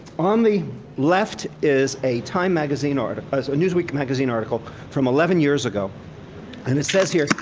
on the left is a time magazine, sort of a newsweek magazine article from eleven years ago and it says here,